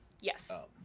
Yes